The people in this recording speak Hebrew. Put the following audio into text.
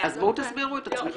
אז בואו תסבירו את עצמכם.